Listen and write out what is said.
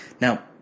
Now